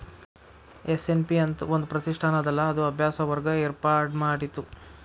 SNP ಅಂತ್ ಒಂದ್ ಪ್ರತಿಷ್ಠಾನ ಅದಲಾ ಅದು ಅಭ್ಯಾಸ ವರ್ಗ ಏರ್ಪಾಡ್ಮಾಡಿತ್ತು